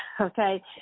Okay